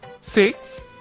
six